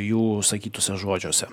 jų išsakytuose žodžiuose